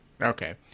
okay